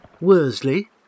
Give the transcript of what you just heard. Worsley